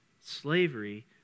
Slavery